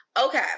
Okay